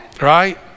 right